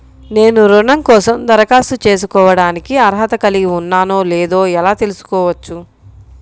నేను రుణం కోసం దరఖాస్తు చేసుకోవడానికి అర్హత కలిగి ఉన్నానో లేదో ఎలా తెలుసుకోవచ్చు?